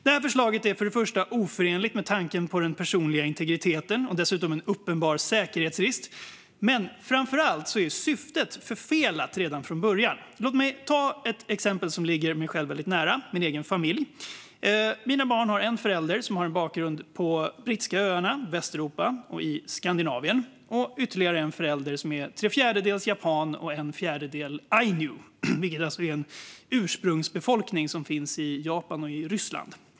Detta förslag är oförenligt med personlig integritet och dessutom en uppenbar säkerhetsrisk. Men framför allt är syftet redan från början fel. Låt mig ta ett exempel som ligger mig nära, nämligen min egen familj. Mina barn har en förälder med bakgrund på Brittiska öarna, i Västeuropa och i Skandinavien och en förälder som är tre fjärdedels japan och en fjärdedel ainu, vilket är en ursprungsbefolkning som finns i Japan och Ryssland.